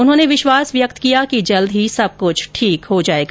उन्होंने विश्वास व्यक्त किया कि जल्द ही सब क्छ ठीक हो जायेगा